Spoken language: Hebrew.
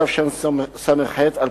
התשס"ח 2008,